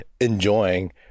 enjoying